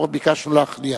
לא ביקשנו להכניע.